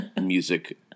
music